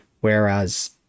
whereas